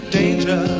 danger